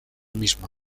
misma